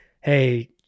hey